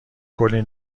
کلی